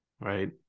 Right